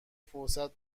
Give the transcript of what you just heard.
فرصت